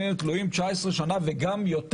שהם תלויים הרבה פעמים 19 שנה וגם יותר?